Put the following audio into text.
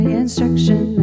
instruction